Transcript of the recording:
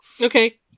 Okay